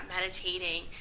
meditating